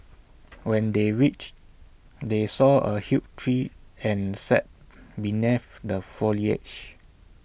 when they reached they saw A huge tree and sat beneath the foliage